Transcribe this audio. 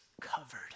covered